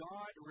God